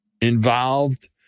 involved